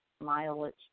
mileage